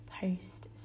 post